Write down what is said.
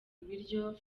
ibiryo